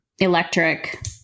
electric